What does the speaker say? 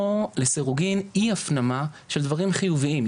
או לסירוגין אי הפנמה של דברים חיוביים,